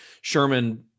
Sherman